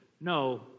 no